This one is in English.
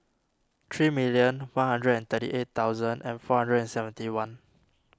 three million one hundred and thirty eight thousand four hundred and seventy one